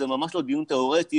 זה ממש לא דיון תיאורטי,